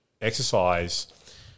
exercise